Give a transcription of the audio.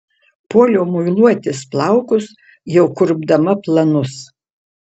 puoliau muiluotis plaukus jau kurpdama planus